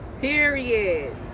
Period